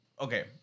okay